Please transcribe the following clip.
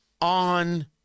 on